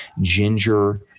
ginger